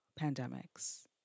pandemics